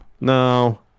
No